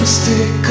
stick